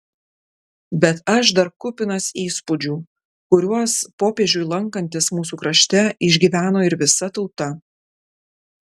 bet aš dar kupinas įspūdžių kuriuos popiežiui lankantis mūsų krašte išgyveno ir visa tauta